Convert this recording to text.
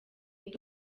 ndi